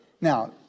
Now